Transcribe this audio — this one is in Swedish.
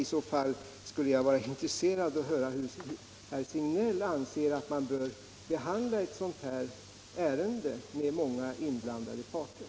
I så fall skulle jag vara intresserad av att höra hur herr Signell anser att man bör behandla ett sådant här ärende med många inblandade parter.